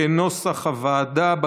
כנוסח הוועדה,